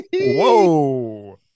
Whoa